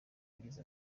yagize